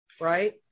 right